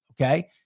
okay